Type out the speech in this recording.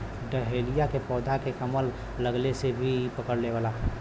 dahlia के पौधा के कलम लगवले से भी इ पकड़ लेवला